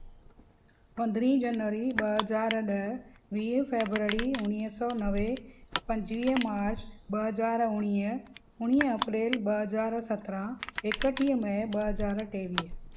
पंद्रहीं जनवरी ॿ हज़ार ॾह वीह फेबरवरी उणिवीह सौ नवे पंजवीह मार्च ॿ हज़ार उणिवीह उणिवीह अप्रेल ॿ हज़ार सत्रहं एकटीह मई ॿ हज़ार टेवीह